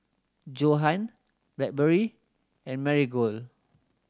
Johan Blackberry and Marigold